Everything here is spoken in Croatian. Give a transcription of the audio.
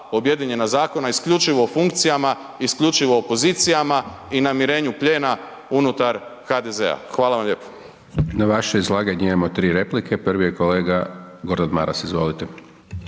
objedinjena zakona isključivo o funkcijama, isključivo o pozicijama i namirenju plijena unutar HDZ-a. Hvala vam lijepo. **Hajdaš Dončić, Siniša (SDP)** Na vaše izlaganje imamo tri replike, prvi je kolega Gordan Maras, izvolite.